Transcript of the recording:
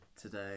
today